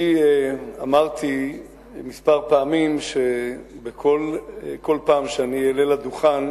אני אמרתי כמה פעמים שבכל פעם שאני אעלה לדוכן